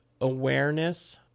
awareness